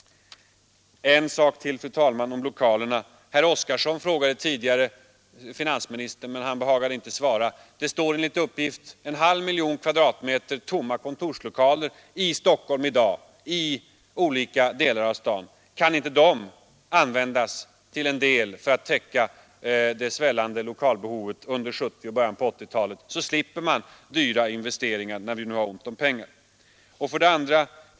En sak till, fru talman, om lokalerna. Herr Oskarson frågade finansministern om det, men denne behagade inte svara. Enligt uppgift finns det för närvarande i Stockholm, i olika delar av staden, en halv miljon kvadratmeter kontorslokaler som står tomma. Kan inte de användas för att till en del täcka det svällande lokalbehovet under 1970 och början av 1980-talet, så att vi slipper dyra investeringar när vi nu har ont om pengar?